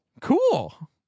cool